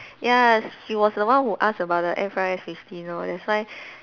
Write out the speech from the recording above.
ya she was the one who ask about F_R_S fifteen lor that's why